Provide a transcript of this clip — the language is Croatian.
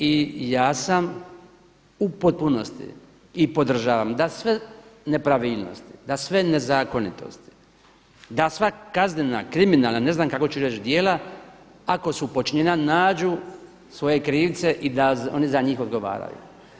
I ja sam u potpunosti i podržavam da sve nepravilnosti, da sve nezakonitosti, da sva kaznena, kriminalna, ne znam kako ću reći djela ako su počinjena nađu svoje krivce i da oni za njih odgovaraju.